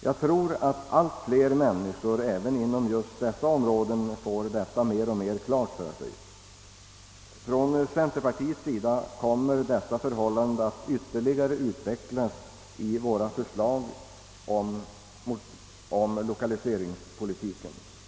Jag tror att allt fler människor även inom just dessa områden får detta mer och mer klart för sig. Dessa förhållanden kommer ytterligare att utvecklas i centerpartiets förslag om lokaliseringspolitiken.